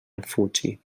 refugi